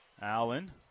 Allen